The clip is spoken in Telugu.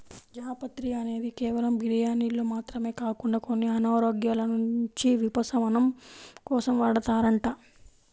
జాపత్రి అనేది కేవలం బిర్యానీల్లో మాత్రమే కాకుండా కొన్ని అనారోగ్యాల నుంచి ఉపశమనం కోసం వాడతారంట